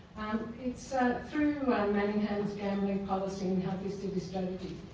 um it's ah through manningham's gambling policy in how we seek this strategy.